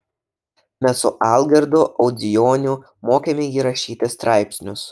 mes su algirdu audzijoniu mokėme jį rašyti straipsnius